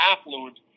affluent